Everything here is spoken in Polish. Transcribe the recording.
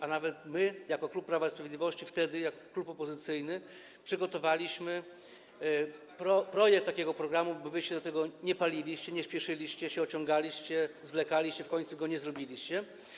A nawet my jako klub Prawa i Sprawiedliwości, wtedy jako klub opozycyjny, przygotowaliśmy projekt takiego programu, bo wy się do tego nie paliliście, nie spieszyliście się, ociągaliście się, zwlekaliście, w końcu go nie zrobiliście.